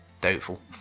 Doubtful